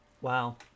Wow